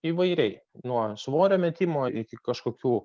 įvairiai nuo svorio metimo iki kažkokių